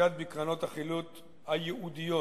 יופקד בקרנות החילוט הייעודיות.